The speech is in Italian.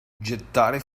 gettare